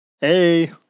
Hey